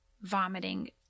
vomiting